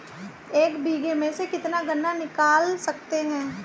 एक बीघे में से कितना गन्ना निकाल सकते हैं?